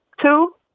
Two